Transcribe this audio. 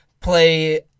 play